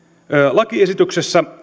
lakiesityksessä